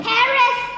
Paris